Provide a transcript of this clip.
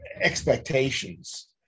expectations